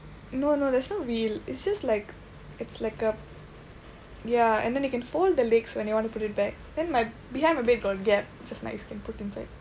no no there's no wheel it's just like it's like a ya and then you can fold the legs when you want to put it back then my behind my bed got a gap just nice can put inside